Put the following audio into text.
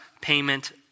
payment